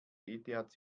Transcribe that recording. eth